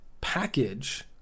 package